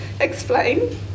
explain